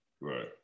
right